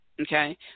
Okay